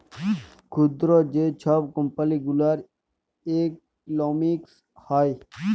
ক্ষুদ্র যে ছব কম্পালি গুলার ইকলমিক্স হ্যয়